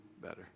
better